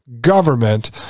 government